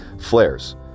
flares